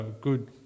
good